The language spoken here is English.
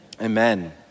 Amen